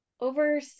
over